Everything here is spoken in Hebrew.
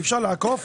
אי-אפשר לעקוף?